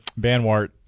Banwart